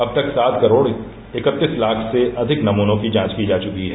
अब तक सात करोड़ इकतीस लाख से अधिक नमूनों की जांच की जा चुकी है